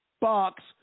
box